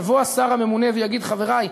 יבוא השר הממונה ויגיד: חברי,